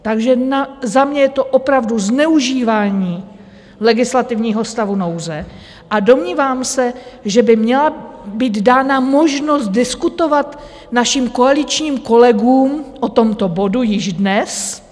Takže za mě je to opravdu zneužívání legislativního stavu nouze a domnívám se, že by měla být dána možnost diskutovat našim koaličním kolegům o tomto bodu již dnes.